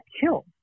killed